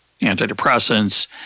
antidepressants